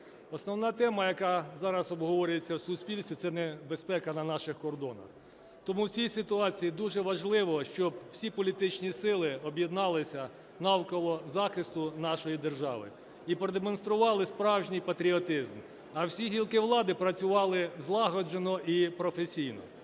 Основна тема, яка зараз обговорюється в суспільстві, – це небезпека на наших кордонах. Тому в цій ситуації дуже важливо, щоб всі політичні сили об'єдналися навколо захисту нашої держави і продемонстрували справжній патріотизм, а всі гілки влади працювали злагоджено і професійно.